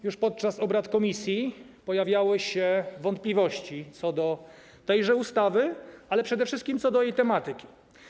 Już podczas obrad komisji pojawiały się wątpliwości co do tejże ustawy, ale przede wszystkim co do jej tematyki.